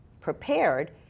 prepared